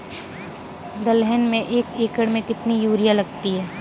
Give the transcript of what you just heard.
दलहन में एक एकण में कितनी यूरिया लगती है?